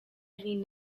egin